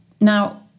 Now